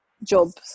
Jobs